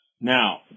Now